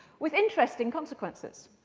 with interesting consequences.